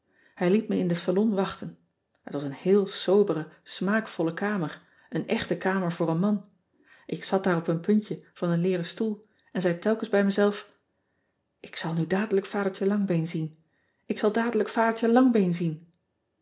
ij liet me in den salon wachten et was een heel sobere smaakvolle kamer een echte kamer voor een man k zat daar op een puntje van een leeren stoel en zei telkens bij mezelf k zal nu dadelijk adertje angbeen zien ik zal dadelijk adertje angbeen zien